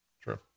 true